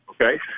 okay